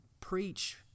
preach